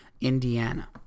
Indiana